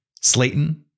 Slayton